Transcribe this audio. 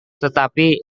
tetapi